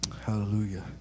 Hallelujah